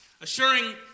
assuring